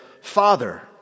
Father